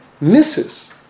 misses